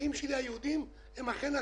האחים שלי היהודים הם אכן אחים,